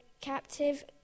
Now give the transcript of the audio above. captive